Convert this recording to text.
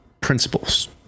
principles